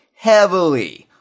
heavily